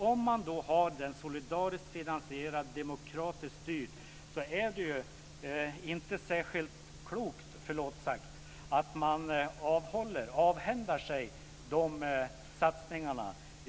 Om denna är solidariskt finansierad och demokratiskt styrd är det med förlov sagt inte särskilt klokt att avhända sig sådana satsningar.